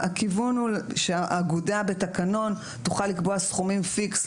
הכיוון הוא שהאגודה בתקנון תוכל לקבוע סכומים פיקס,